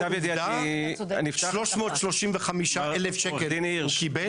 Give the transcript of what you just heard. כעובדה, 335,000 שקל הוא קיבל.